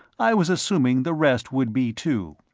i was assuming the rest would be too.